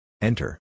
Enter